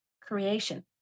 creation